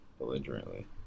belligerently